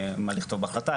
מה לכתוב בהחלטה,